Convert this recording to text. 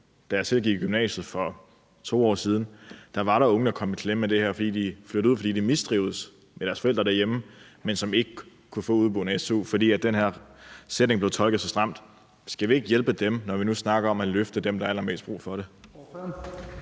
og jeg gik selv i gymnasiet for 2 år siden, var der unge, der kom i klemme af det her, fordi de flyttede ud, fordi de mistrivedes hos deres forældre derhjemme, men som ikke kunne få su som udeboende, fordi den her sætning blev tolket så stramt. Skal vi ikke hjælpe dem, når vi nu snakker om at løfte dem, der har allermest brug for det?